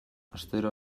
astero